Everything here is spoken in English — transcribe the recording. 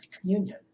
communion